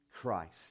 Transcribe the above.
Christ